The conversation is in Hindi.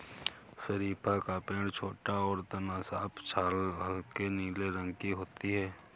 शरीफ़ा का पेड़ छोटा और तना साफ छाल हल्के नीले रंग की होती है